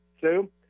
Sue